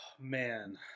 man